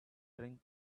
drink